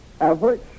average